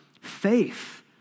faith